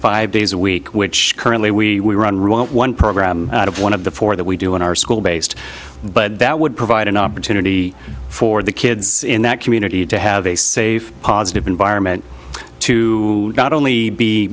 five days a week which currently we want one program out of one of the four that we do in our school based but that would provide an opportunity for the kids in that community to have a safe positive environment to not only be